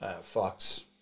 Fox